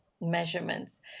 measurements